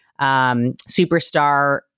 Superstar